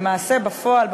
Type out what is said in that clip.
למעשה בפועל,